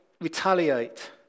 retaliate